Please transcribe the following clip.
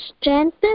strength